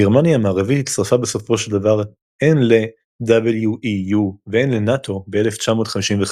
גרמניה המערבית הצטרפה בסופו של דבר הן ל-WEU והן לנאט"ו ב-1955,